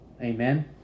Amen